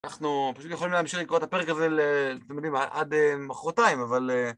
אנחנו פשוט יכולים להמשיך לקרוא את הפרק הזה, אתם יודעים, עד מחרתיים אבל